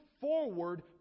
forward